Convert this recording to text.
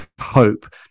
hope